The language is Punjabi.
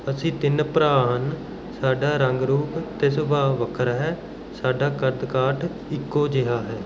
ਅਸੀਂ ਤਿੰਨ ਭਰਾ ਹਨ ਸਾਡਾ ਰੰਗ ਰੂਪ ਅਤੇ ਸੁਭਾਅ ਵੱਖਰਾ ਹੈ ਸਾਡਾ ਕੱਦ ਕਾਠ ਇੱਕੋ ਜਿਹਾ ਹੈ